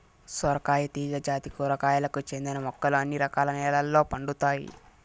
సొరకాయ తీగ జాతి కూరగాయలకు చెందిన మొక్కలు అన్ని రకాల నెలల్లో పండుతాయి